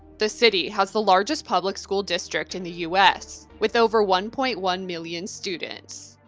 the city has the largest public school district in the u s, with over one point one million students.